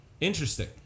Interesting